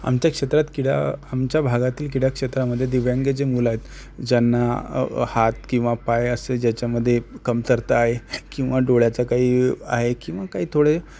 आमच्या क्षेत्रात क्रीडा आमच्या भागातील क्रीडा क्षेत्रामध्ये दिव्यांग जे मुलं आहेत ज्यांना हात किंवा पाय असे ज्याच्यामध्ये कमतरता आहे किंवा डोळ्याचा काही आहे किंवा काही थोडे